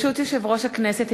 ברשות יושב-ראש הכנסת,